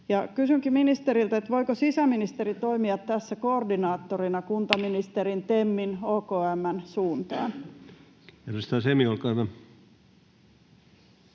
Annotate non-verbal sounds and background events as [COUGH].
Kysynkin ministeriltä: voiko sisäministeri toimia tässä koordinaattorina kuntaministerin, [NOISE]